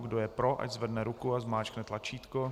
Kdo je pro, ať zvedne ruku a stiskne tlačítko.